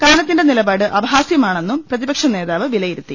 കാനത്തിന്റെ നിലപാട് അപഹാസൃമാണെന്നും െപ്രതി പക്ഷനേതാവ് വിലയിരുത്തി